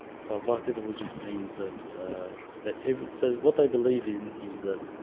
so averted widget means that that every so what i believe in is that